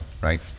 right